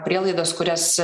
prielaidas kurias